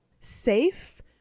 safe